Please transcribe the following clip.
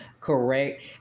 correct